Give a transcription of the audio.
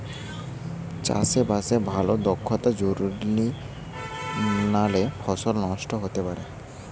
চাষে বাসে ভালো দক্ষতা জরুরি নালে ফসল নষ্ট হতে পারে